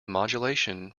modulation